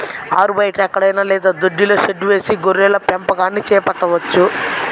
ఆరుబయట ఎక్కడైనా లేదా దొడ్డిలో షెడ్డు వేసి గొర్రెల పెంపకాన్ని చేపట్టవచ్చు